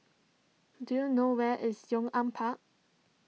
do you know where is Yong An Park